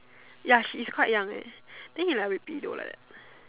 ya she is quite young eh then he like a bit pedo like that